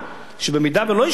שבמידה שהם לא ישלמו,